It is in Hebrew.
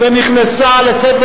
רואה למה לא צריך